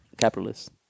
capitalist